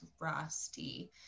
rusty